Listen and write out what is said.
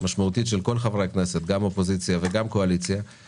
כל פעם הביאו מישהו אחר.